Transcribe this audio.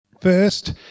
First